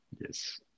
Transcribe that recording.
Yes